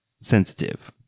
sensitive